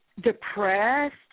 depressed